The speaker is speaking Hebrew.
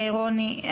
רוני,